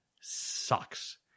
sucks